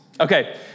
Okay